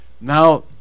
Now